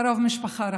קרוב משפחה רחוק.